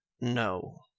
No